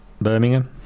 Birmingham